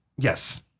Yes